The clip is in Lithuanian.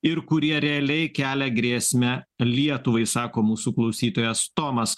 ir kurie realiai kelia grėsmę lietuvai sako mūsų klausytojas tomas